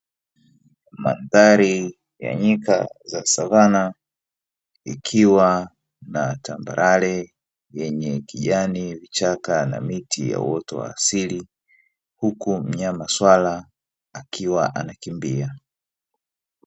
Mandhari za nyika ya savana ikiwa na tambarare yenye ukijani, vichaka na miti ya uoto wa asili; huku mnyama swala akiwa anakimbia.